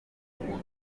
ifunguro